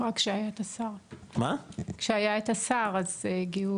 רק כשהיה את השר אז הגיעו.